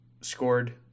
scored